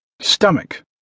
Stomach